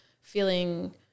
feeling